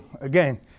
again